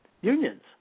unions